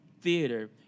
theater